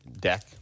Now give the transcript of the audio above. deck